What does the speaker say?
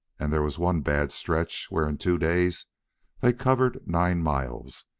and there was one bad stretch where in two days they covered nine miles,